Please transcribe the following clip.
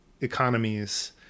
economies